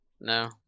no